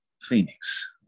Phoenix